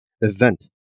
event